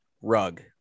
rug